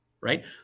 right